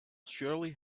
surely